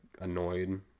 annoyed